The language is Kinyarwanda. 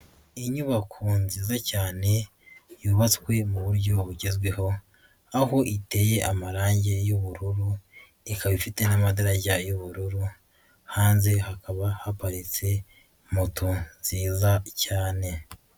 Inyubako nziza cyane yubatswe muburyo bugezweho, aho iteye amarangi y'ubururu ikaba ifite n'amatara y'ubururu hanze hakaba haparitse moto nziza cyane.